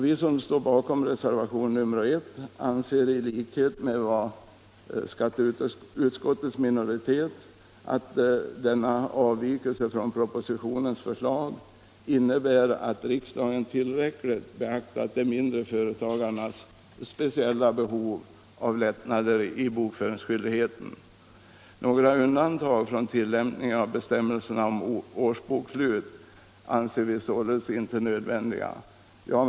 Vi som står bakom reservationen I anser i likhet med skatteutskottets minoritet att denna avvikelse från propositionens förslag innebär att riksdagen tillräckligt beaktat småföretagarnas speciella behov av lättnader i bokföringsskyldigheten. Några undantag från tilllämpningen av bestämmelserna om årsbokslut anser vi således inte nödvändiga.